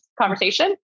conversation